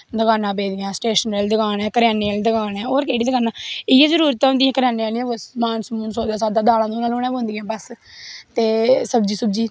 दकानां पेदियां स्टेशनरी आह्ली दकाना ऐ करेआने आह्ली दकान होर केह्ड़ी दकानां इयै जरूरतां होंदियां करेआने आह्लियां बस समान समून सौद्दा सूध्दा दालां दूलां लैना पौंदियां बस ते सब्जी सुब्जी